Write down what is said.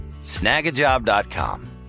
snagajob.com